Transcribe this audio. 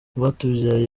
rwatubyaye